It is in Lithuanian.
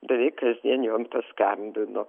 beveik kasdien jom paskambinu